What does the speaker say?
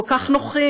כל כך נוחים,